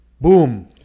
boom